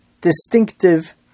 distinctive